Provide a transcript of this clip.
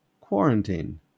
quarantine